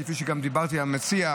כפי שדיברתי גם עם המציע,